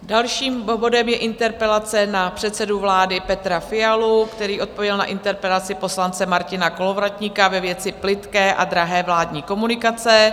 Dalším bodem je interpelace na předsedu vlády Petra Fialu, který odpověděl na interpelaci poslance Martina Kolovratníka ve věci Plytké a drahé vládní komunikace.